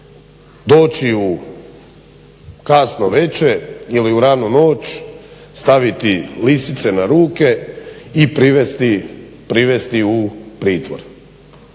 doći u kasno večer ili u ranu noć, staviti lisice na ruke i privesti u pritvor?